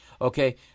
okay